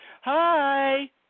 hi